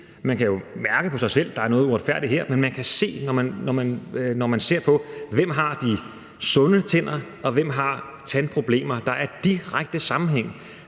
man kan jo mærke på sig selv, at der her er noget uretfærdigt, men man kan også, når man ser på, hvem der har de sunde tænder, og hvem der har tandproblemer, se, at der er en direkte sammenhæng